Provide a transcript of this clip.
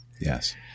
Yes